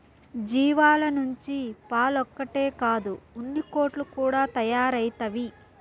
జీవాల నుంచి పాలొక్కటే కాదు ఉన్నికోట్లు కూడా తయారైతవి